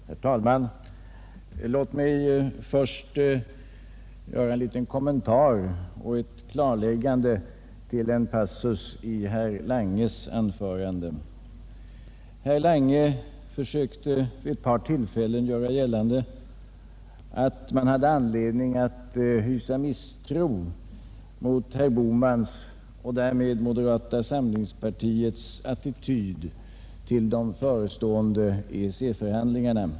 Herr talman! Låt mig först göra en liten kommentar och ett klarläggande när det gäller en passus i herr Langes anförande. Herr Lange försökte vid ett par tillfällen göra gällande att man hade anledning att hysa misstro mot herr Bohmans och därmed moderata samlingspartiets attityd till de förestående EEC-förhandlingarna.